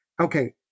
okay